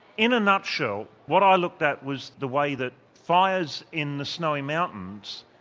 in a nutshell what i looked at was the way that fires in the snowy mountains,